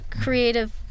creative